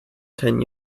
ten